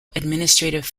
administrative